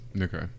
Okay